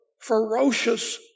ferocious